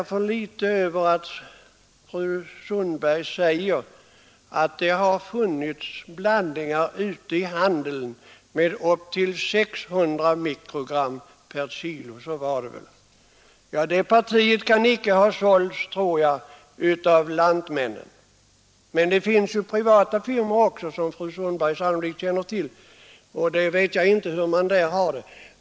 Jag blir litet förvånad när fru Sundberg säger att det har funnits blandningar ute i handeln med upp till 600 mikrogram aflatoxin per kg så var det väl? Det partiet kan icke ha sålts av Lantmännen, men det finns ju privata firmor också, som fru Sundberg sannolikt känner till, och jag vet inte hur de har det.